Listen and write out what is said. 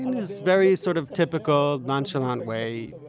in his very sort of typical nonchalant way,